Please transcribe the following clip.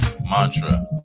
Mantra